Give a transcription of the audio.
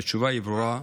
והתשובה היא ברורה,